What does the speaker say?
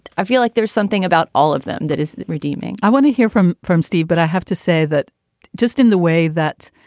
i feel like there's something about all of them that is redeeming i want to hear from from steve, but i have to say that just in the way that,